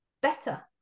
better